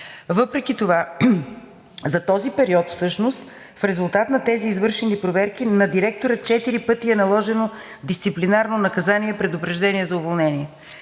Въпреки това за този период всъщност в резултат на тези извършени проверки на директора четири пъти е наложено дисциплинарно наказание и предупреждение за уволнение